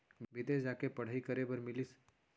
बिदेस जाके पढ़ई करे बर ऋण मिलिस सकत हे का?